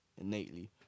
innately